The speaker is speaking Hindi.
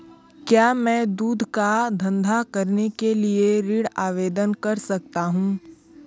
क्या मैं दूध का धंधा करने के लिए ऋण आवेदन कर सकता हूँ?